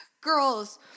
girls